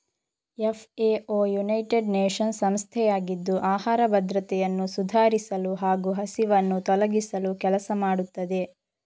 FAO united nations ಸಂಸ್ಥೆಯಾಗಿದ್ದು ಆಹಾರ ಭದ್ರತೆಯನ್ನು ಸುಧಾರಿಸಲು ಹಾಗೂ ಹಸಿವನ್ನು ತೊಲಗಿಸಲು ಕೆಲಸ ಮಾಡುತ್ತದೆ